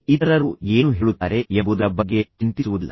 ಇತರರು ಏನು ಹೇಳುತ್ತಾರೆ ಎಂಬುದರ ಬಗ್ಗೆ ಅವರು ಚಿಂತಿಸುವುದಿಲ್ಲ